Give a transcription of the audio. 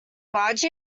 barge